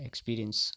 experience